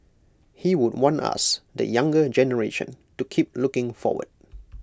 he would want us the younger generation to keep looking forward